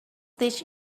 teach